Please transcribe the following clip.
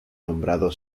nombrado